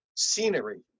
scenery